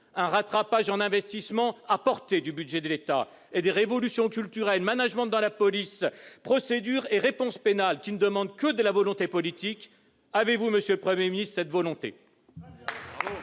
un rattrapage en investissement, à portée du budget de l'État ; des révolutions culturelles en termes de management dans la police, de procédure et de réponse pénales, qui ne demandent que de la volonté politique. Avez-vous, monsieur le Premier ministre, cette volonté ?